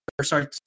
sorry